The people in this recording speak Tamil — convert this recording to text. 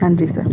நன்றி சார்